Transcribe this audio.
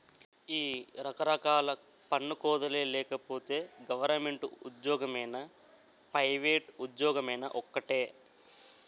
ఈ రకరకాల పన్ను కోతలే లేకపోతే గవరమెంటు ఉజ్జోగమైనా పైవేట్ ఉజ్జోగమైనా ఒక్కటే